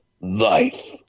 life